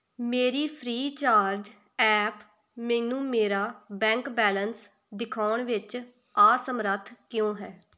ਮੇਰੀ Freecharge app ਮੈਨੂੰ ਮੇਰਾ ਬੈਂਕ ਬੈਲੇਂਸ ਦਿਖਾਉਣ ਵਿੱਚ ਅਸਮਰੱਥ ਕਿਉਂ ਹੈ